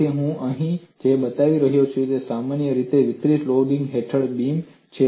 તેથી હું અહીં જે બતાવી રહ્યો છું તે સમાન રીતે વિતરિત લોડ હેઠળ બીમ છે